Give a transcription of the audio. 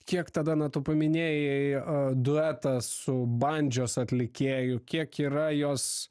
kiek tada na tu paminėjai a duetas su bandžios atlikėju kiek yra jos